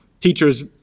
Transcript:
teachers